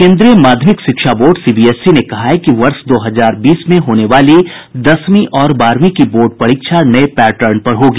केंद्रीय माध्यमिक शिक्षा बोर्ड सीबीएसई ने कहा है कि वर्ष दो हजार बीस में होने वाली दसवीं और बारहवीं की बोर्ड परीक्षा नये पैटर्न पर होगी